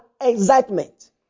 excitement